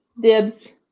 dibs